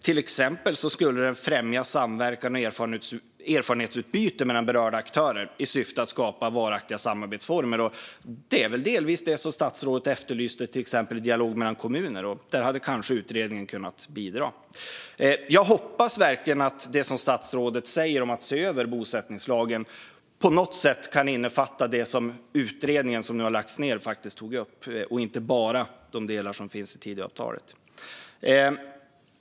Den skulle till exempel främja samverkan och erfarenhetsutbyte mellan berörda aktörer i syfte att skapa varaktiga samarbetsformer. Det var väl delvis vad statsrådet efterlyste, till exempel dialog mellan kommuner? Där hade kanske utredningen kunnat bidra. Jag hoppas verkligen att det statsrådet säger om att se över bosättningslagen på något sätt kan innefatta det som den nu nedlagda utredningen tog upp och inte bara de delar som finns i Tidöavtalet.